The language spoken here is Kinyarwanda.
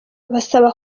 basaba